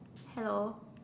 hello